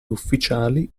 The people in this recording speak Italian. ufficiali